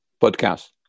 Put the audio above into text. podcast